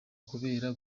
kubera